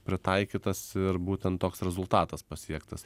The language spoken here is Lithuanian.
pritaikytas ir būtent toks rezultatas pasiektas